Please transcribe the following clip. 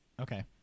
Okay